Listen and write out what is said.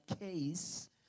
case